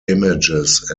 images